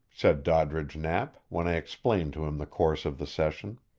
said doddridge knapp, when i explained to him the course of the session.